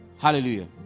Hallelujah